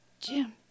Jim